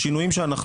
השינויים שאנחנו